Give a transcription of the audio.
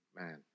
man